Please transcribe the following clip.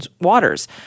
waters